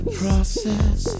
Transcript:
process